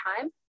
time